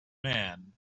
man